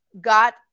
got